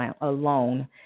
alone